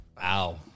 Wow